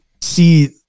see